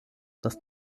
das